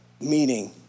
meeting